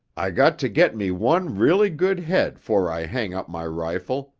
i got to get me one really good head fore i hang up my rifle,